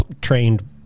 trained